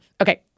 Okay